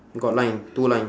got line two line